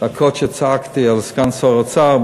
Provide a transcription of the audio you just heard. הדקות שצעקתי על סגן שר האוצר.